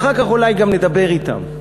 אחר כך אולי גם נדבר אתם.